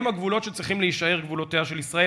הם הגבולות שצריכים להישאר גבולותיה של ישראל,